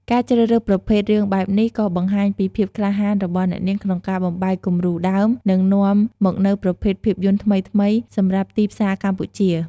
ការជ្រើសរើសប្រភេទរឿងបែបនេះក៏បង្ហាញពីភាពក្លាហានរបស់អ្នកនាងក្នុងការបំបែកគំរូដើម និងនាំមកនូវប្រភេទភាពយន្តថ្មីៗសម្រាប់ទីផ្សារកម្ពុជា។